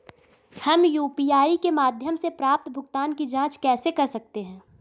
हम यू.पी.आई के माध्यम से प्राप्त भुगतान की जॉंच कैसे कर सकते हैं?